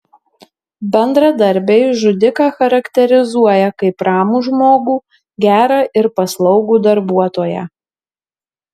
bendradarbiai žudiką charakterizuoja kaip ramų žmogų gerą ir paslaugų darbuotoją